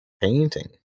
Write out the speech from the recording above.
painting